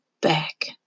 back